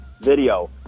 video